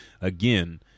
again